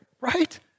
right